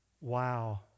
Wow